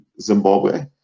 Zimbabwe